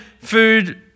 food